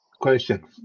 question